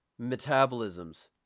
metabolisms